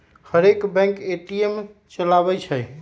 हरेक bank ATM चलबइ छइ